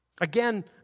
Again